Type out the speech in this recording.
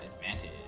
advantage